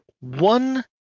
one